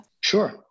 Sure